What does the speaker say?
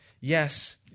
Yes